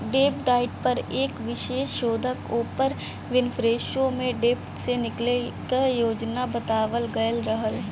डेब्ट डाइट पर एक विशेष शोध ओपर विनफ्रेशो में डेब्ट से निकले क योजना बतावल गयल रहल